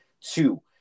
two